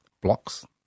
blocks